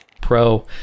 Pro